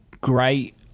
great